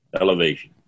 elevation